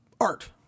art